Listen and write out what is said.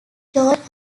george